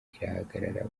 irahagarara